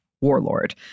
warlord